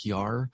PR